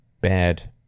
bad